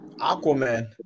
Aquaman